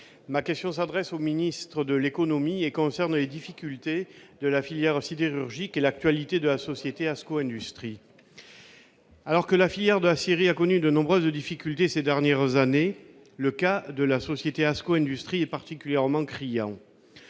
ma question s'adresse à M. le ministre de l'économie et des finances et concerne les difficultés de la filière sidérurgique et l'actualité de la société Asco Industries. Alors que la filière de l'aciérie a connu de nombreuses difficultés ces dernières années, le cas de la société Asco Industries est particulièrement criant.